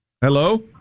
Hello